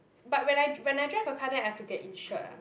but when I when I drive a car then I have to get insured ah